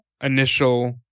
initial